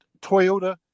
Toyota